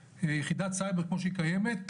יחידת סייבר כמו שהיא קיימת,